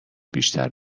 بیشتر